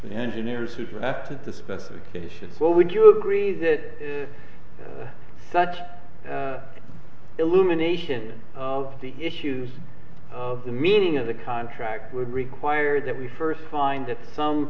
the engineers who drafted the specification what would you agree that such an illumination of the issues of the meaning of the contract would require that we first find that some